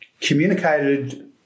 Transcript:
communicated